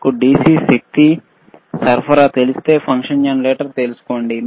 మీకు DC శక్తి సరఫరా తెలిస్తే ఫంక్షన్ జనరేటర్ తెలుసుకోండి